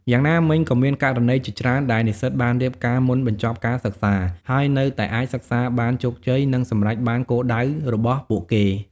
យ៉ាងណាមិញ ក៏មានករណីជាច្រើនដែលនិស្សិតបានរៀបការមុនបញ្ចប់ការសិក្សា ហើយនៅតែអាចសិក្សាបានជោគជ័យ និងសម្រេចបានគោលដៅរបស់ពួកគេ។